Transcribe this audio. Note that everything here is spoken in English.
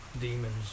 Demons